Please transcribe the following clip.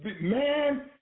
man